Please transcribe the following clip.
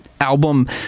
album